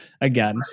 again